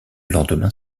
lendemain